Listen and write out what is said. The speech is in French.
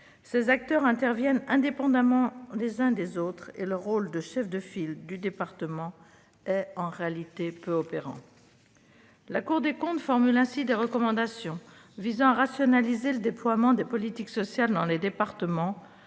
Ces acteurs interviennent indépendamment les uns des autres et le rôle de chef de file du département est, en réalité, peu opérant. La Cour des comptes formule ainsi des recommandations visant à rationaliser le déploiement des politiques sociales dans les départements,